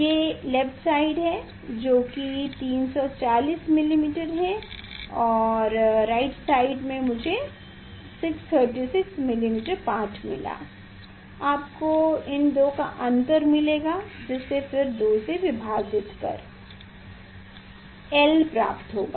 ये left side है जो कि 340 मिलीमीटर है और राइट साइड में मुझे 636 मिलीमीटर पाठ मिला l आपको इन दो का अंतर मिलेगा जिसे फिर 2 से विभाजित कर l प्राप्त होगा